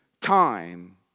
time